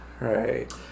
Right